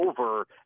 over